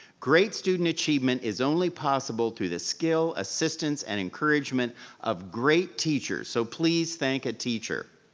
great student achievement is only possible through the skill, assistance, and encouragement of great teachers, so please thank a teacher.